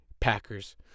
Packers